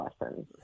lessons